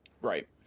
Right